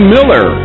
Miller